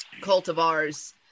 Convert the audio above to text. cultivars